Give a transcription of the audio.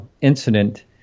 incident